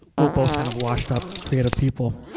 we're both kind of washed-up creative people.